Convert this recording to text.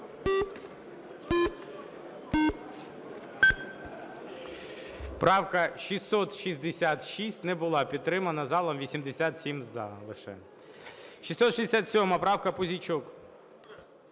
Правка 666 не була підтримана залом, 87 "за" лише. 667 правка, Пузійчук.